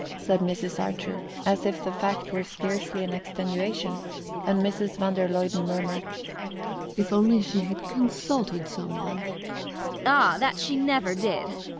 said mrs. archer, as if the fact were scarcely an extenuation and mrs. van der luyden murmured if only she had consulted some one ah, that she never did!